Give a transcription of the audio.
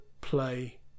play